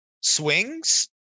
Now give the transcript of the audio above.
swings